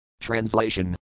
Translation